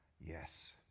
yes